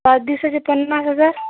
पाच दिवसाचे पन्नास हजार